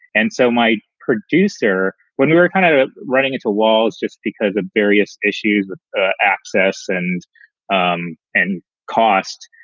and so my producer, when we were kind of running into walls just because of various issues of ah access and um and cost,